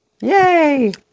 Yay